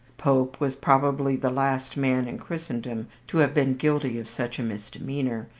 pope was probably the last man in christendom to have been guilty of such a misdemeanour,